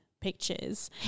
pictures